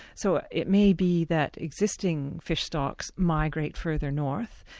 so it may be that existing fish stocks migrate further north,